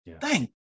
Thank